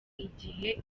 igihe